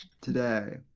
today